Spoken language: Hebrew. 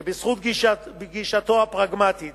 שבזכות גישתו הפרגמטית